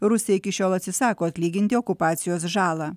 rusija iki šiol atsisako atlyginti okupacijos žalą